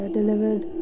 delivered